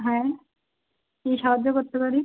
হ্যাঁ কী সাহায্য করতে পারি